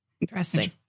Interesting